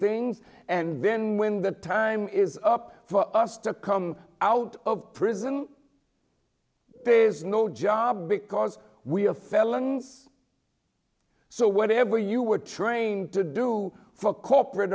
things and then when the time is up for us to come out of prison pays no job because we are felons so whatever you were trained to do for corporate